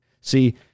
See